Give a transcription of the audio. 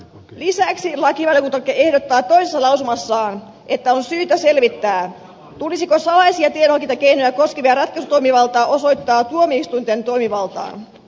lisäksi lakivaliokunta ehdottaa toisessa lausumassaan että on syytä selvittää tulisiko salaisia tiedonhankintakeinoja koskevaa ratkaisutoimivaltaa osoittaa tuomioistuinten toimivaltaan